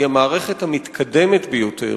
היא המערכת המתקדמת ביותר,